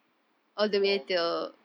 oh